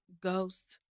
ghost